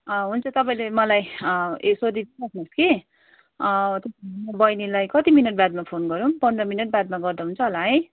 हुन्छ तपाईँले मलाई यसरी गर्नुहोस् कि बैनीलाई कति मिनट बादमा फोन गरौँ पन्ध्र मिनट बादमा गर्दा हुन्छ होला है